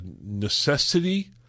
necessity